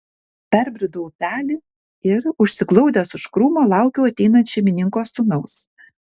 perbridau upelį ir užsiglaudęs už krūmo laukiau ateinant šeimininko sūnaus